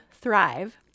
thrive